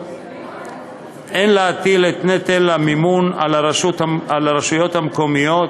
אין להטיל את נטל המימון על הרשויות המקומיות,